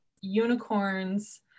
unicorns